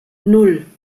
nan